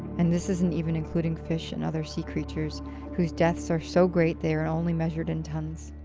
and this isn't even including fish and other sea creatures whose deaths are so great they are and only measured in tonnes.